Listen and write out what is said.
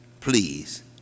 Please